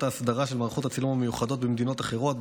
ההסדרה של מערכות הצילום המיוחדות במדינות אחרות,